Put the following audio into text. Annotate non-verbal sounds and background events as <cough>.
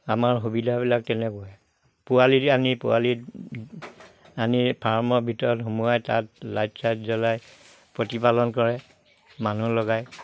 আমাৰ সুবিধাবিলাক <unintelligible> পোৱালি আনি পোৱালিত আনি ফাৰ্মৰ ভিতৰত সোমোৱাই তাত লাইট ছাইট জ্বলাই প্ৰতিপালন কৰে মানুহ লগাই